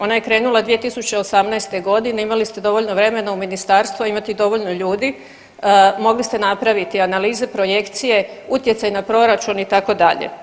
Ona je krenula 2018. godine imali ste dovoljno vremena u ministarstvu, a imate i dovoljno ljudi, mogli ste napraviti analize, projekcije, utjecaj na proračun itd.